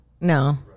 No